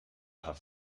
have